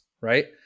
right